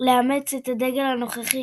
את הדגל הנוכחי,